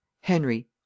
Henry